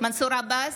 מנסור עבאס,